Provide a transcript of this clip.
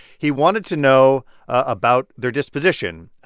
he wanted to know about their disposition.